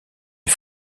est